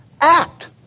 act